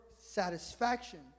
satisfaction